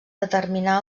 determinar